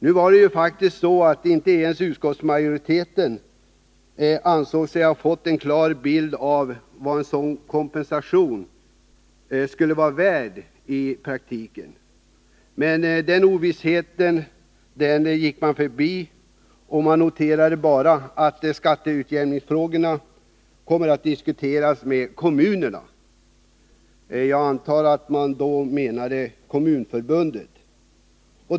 Nu var det faktiskt så, att inte ens utskottsmajoriteten ansåg sig ha fått en klar bild av vad en sådan kompensation skulle vara värd i praktiken. Den ovissheten gick man förbi och noterade bara att skatteutjämningsfrågorna kommer att diskuteras med kommunerna. Jag antar att man då menade Kommunförbundet.